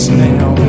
now